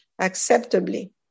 acceptably